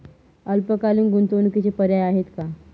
अल्पकालीन गुंतवणूकीचे पर्याय आहेत का?